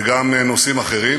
וגם נושאים אחרים,